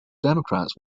democrats